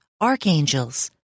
archangels